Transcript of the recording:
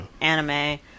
anime